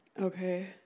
Okay